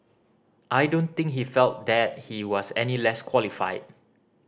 I don't think he felt that he was any less qualified